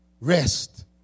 rest